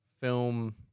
film